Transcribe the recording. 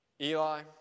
Eli